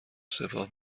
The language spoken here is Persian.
سپاه